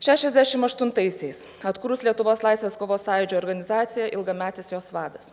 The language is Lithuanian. šešiasdešim aštuntaisiais atkūrus lietuvos laisvės kovos sąjūdžio organizaciją ilgametis jos vadas